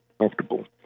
comfortable